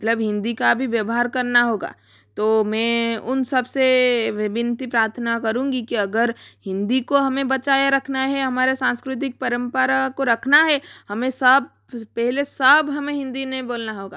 मतलब हिन्दी का भी व्यवहार करना होगा तो मैं उन सबसे भी विनती प्रार्थना करुँगी की अगर हिन्दी को हमें बचाए रखना है हमारे सांस्कृतिक परम्परा को रखना है हमें सब पहले सब हमें हिन्दी नहीं बोलना होगा